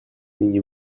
ныне